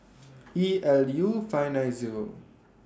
E L U five nine Zero